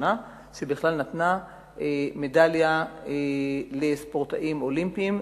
הראשונה שנתנה בכלל מדליה לספורטאים אולימפיים,